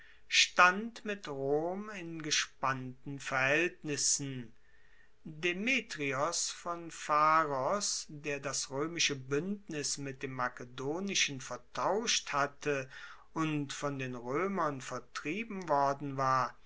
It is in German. stand mit rom in gespannten verhaeltnissen demetrios von pharos der das roemische buendnis mit dem makedonischen vertauscht hatte und von den roemern vertrieben worden war